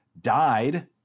died